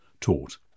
taught